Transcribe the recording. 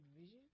vision